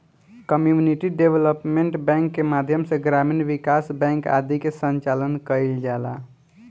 community development bank के माध्यम से ग्रामीण विकास बैंक आदि के संचालन कईल जाला